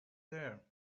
there